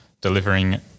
delivering